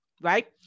right